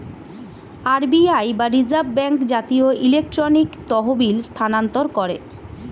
RBI বা reserve bank জাতীয় electronic তহবিল স্থানান্তর করে